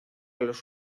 los